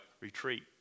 Retreat